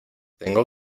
tengo